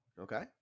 Okay